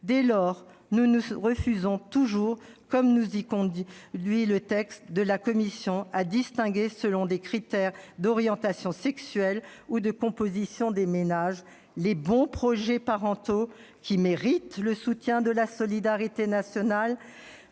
Dès lors, nous nous refuserons toujours, comme nous y conduit le texte de la commission, à distinguer les situations selon des critères d'orientation sexuelle ou de composition des ménages, les bons projets parentaux qui méritent le soutien de la solidarité nationale